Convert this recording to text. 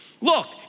Look